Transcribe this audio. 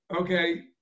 okay